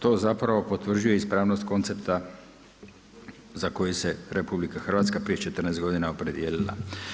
To zapravo potvrđuje ispravnost koncepta za koju se RH prije 14 godina opredijelila.